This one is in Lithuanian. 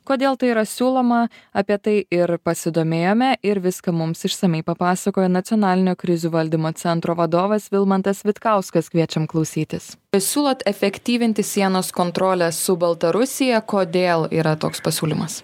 kodėl tai yra siūloma apie tai ir pasidomėjome ir viską mums išsamiai papasakojo nacionalinio krizių valdymo centro vadovas vilmantas vitkauskas kviečiam klausytis siūlot efektyvinti sienos kontrolę su baltarusija kodėl yra toks pasiūlymas